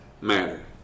matter